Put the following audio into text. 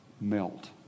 melt